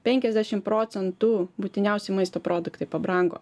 penkiasdešim procentų būtiniausi maisto produktai pabrango